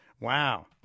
Wow